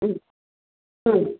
ಹ್ಞೂ ಹ್ಞೂ